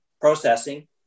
processing